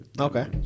Okay